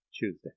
Tuesday